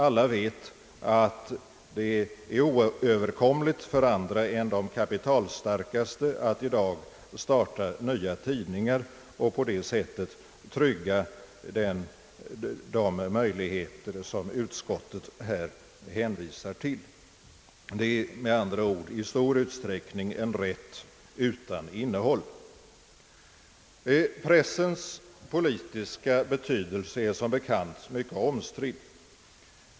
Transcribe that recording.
Alla vet att det är oöverkomligt för andra än de kapitalstarkaste att i dag starta nya tidningar och på det sättet trygga de möjligheter som utskottet här hänvisar till. Det är med andra ord i stor utsträckning en rätt utan innehåll. Pressens politiska betydelse är som bekant mycket omstridd.